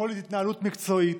יכולת התנהלות מקצועית.